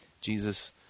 Jesus